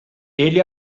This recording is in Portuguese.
ele